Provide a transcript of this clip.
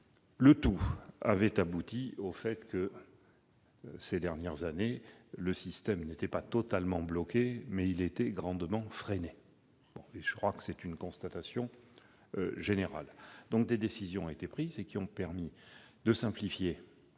le tout avait abouti au fait que, ces dernières années, le système n'était pas totalement bloqué, mais il était grandement freiné. C'est, je crois, une constatation générale. Des décisions ont été prises, qui ont permis de simplifier